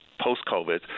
post-COVID